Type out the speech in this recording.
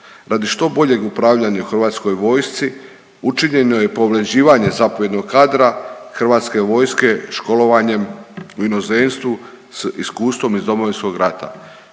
Radi što boljeg upravljanja u hrvatskoj vojsci učinjeno je pomlađivanje zapovjednog kadra hrvatske vojske školovanjem u inozemstvu s iskustvom iz Domovinskog rata.